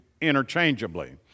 interchangeably